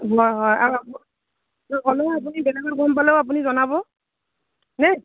হয় হয় আৰু বেলেগত গম পালেও আপুনি জনাব দেই